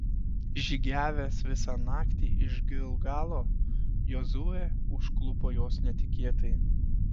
žygiavęs visą naktį iš gilgalo jozuė užklupo juos netikėtai